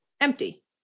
empty